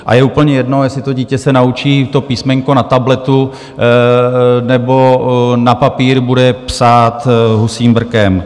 A je úplně jedno, jestli to dítě se naučí písmenko na tabletu, nebo na papír bude psát husím brkem.